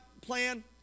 plan